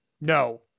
no